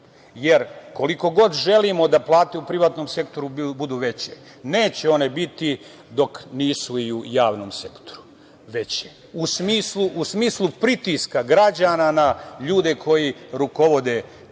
jer koliko god želimo da plate u privatnom sektoru budu veće, neće one biti dok nisu i u javnom sektoru veće u smisli pritiska građana na ljude koji rukovode privatnim